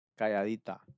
Calladita